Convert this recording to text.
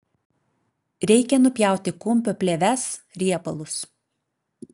reikia nupjauti kumpio plėves riebalus